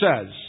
says